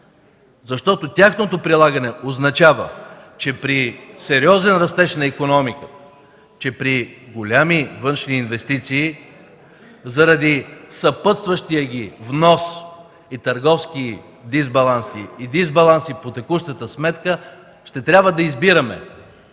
защото тяхното прилагане означава, че при сериозен растеж на икономиката, при големи външни инвестиции, заради съпътстващия ги внос и търговски дисбаланси и дисбаланси по текущата сметка ще трябва да избираме